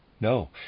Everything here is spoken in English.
No